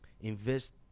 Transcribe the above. invest